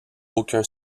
aucun